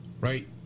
right